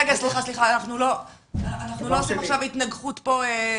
אנחנו לא עושים פה עכשיו התנגחות.